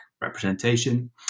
representation